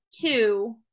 two